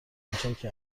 کوچکی